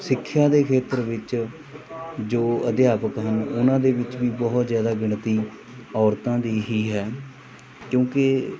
ਸਿੱਖਿਆ ਦੇ ਖੇਤਰ ਵਿੱਚ ਜੋ ਅਧਿਆਪਕ ਹਨ ਉਹਨਾਂ ਦੇ ਵਿੱਚ ਵੀ ਬਹੁਤ ਜ਼ਿਆਦਾ ਗਿਣਤੀ ਔਰਤਾਂ ਦੀ ਹੀ ਹੈ ਕਿਉਂਕਿ